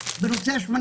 אבל אני לא מדבר עלי,